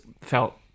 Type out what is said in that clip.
felt